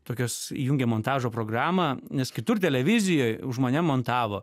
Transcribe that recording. tokios įjungia montažo programą nes kitur televizijoj už mane montavo